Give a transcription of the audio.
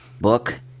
book